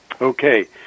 Okay